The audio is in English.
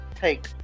take